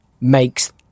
makes